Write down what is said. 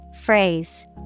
Phrase